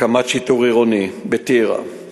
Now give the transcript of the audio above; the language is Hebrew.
הקמת שיטור עירוני בטירה,